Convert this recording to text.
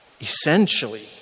Essentially